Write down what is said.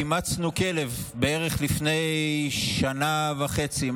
אימצנו כלב בערך לפני שנה וחצי,